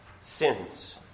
sins